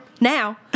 now